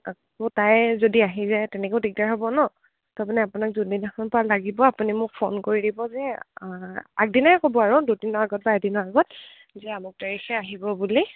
আকৌ তাই যদি আহি যায় তেনেকৈয়ো দিগদাৰ হ'ব ন তাৰমানে আপোনাক যোনদিনাখনৰপৰা লাগিব আপুনি মোক ফোন কৰি দিব যে আগদিনাই ক'ব আৰু দুদিনৰ আগত বা এদিনৰ আগত যে আমুক তাৰিখে আহিব বুলি